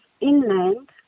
inland